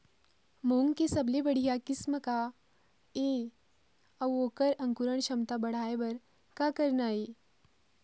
मूंग के सबले बढ़िया किस्म का ये अऊ ओकर अंकुरण क्षमता बढ़ाये बर का करना ये?